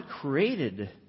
created